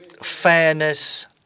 Fairness